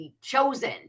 chosen